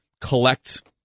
collect